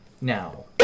now